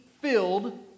filled